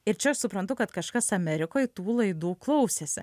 ir čia aš suprantu kad kažkas amerikoj tų laidų klausėsi